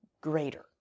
greater